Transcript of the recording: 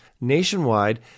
nationwide